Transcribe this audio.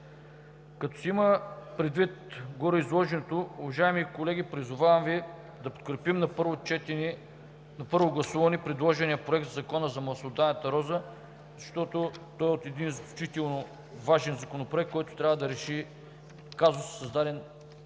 Като се има предвид гореизложеното, уважаеми колеги, призовавам Ви да подкрепим на първо гласуване предложения Законопроект за маслодайната роза, защото той е един изключително важен Законопроект, който трябва да реши казуса, създаден